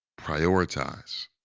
Prioritize